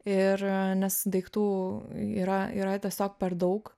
ir nes daiktų yra yra tiesiog per daug